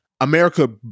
america